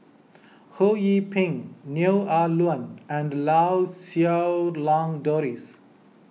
Ho Yee Ping Neo Ah Luan and Lau Siew Lang Doris